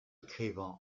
écrivain